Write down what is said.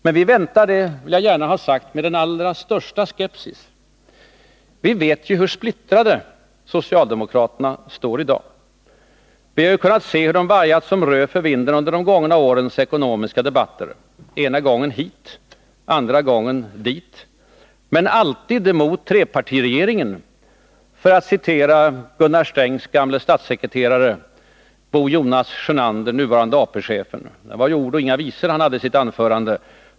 Men vi väntar — det vill jag gärna ha sagt — med den allra största skepsis. Vi vet ju hur splittrade socialdemokraterna står i dag. Vi har ju kunnat se hur de vajat som rön för vinden under de gångna årens ekonomiska debatter — ena gången hit, andra gången dit, men alltid mot trepartiregeringen, för att citera Gunnar Strängs gamle statssekreterare Bo Jonas Sjönander, nuvarande AP-fondcehefen. Det var ju ord och inga visor han förde fram i ett anförande.